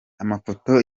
amafoto